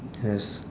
yes